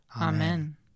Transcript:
Amen